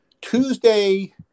Tuesday